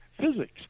physics